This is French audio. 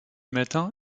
matin